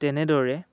তেনেদৰে